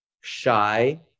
shy